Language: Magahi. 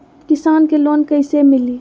किसान के लोन कैसे मिली?